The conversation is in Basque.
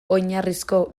oinarrizko